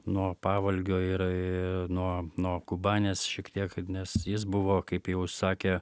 nuo pavolgio ir nuo nuo kubanės šiek tiek nes jis buvo kaip jau sakė